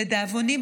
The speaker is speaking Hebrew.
לדאבוני,